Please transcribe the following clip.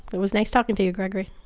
it was nice talking to you, gregory